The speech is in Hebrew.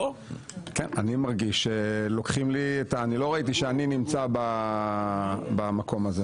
אני מרגיש שלוקחים לי את ה --- אני לא ראיתי שאני נמצא במקום הזה.